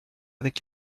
avec